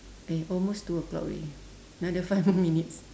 eh almost two o'clock already another five more minutes